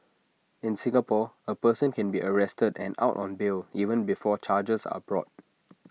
in Singapore A person can be arrested and out on bail even before charges are brought